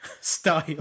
style